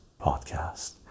podcast